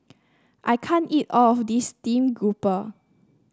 I can't eat all of this stream grouper